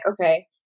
okay